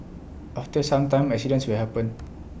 after some time accidents will happen